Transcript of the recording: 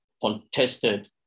contested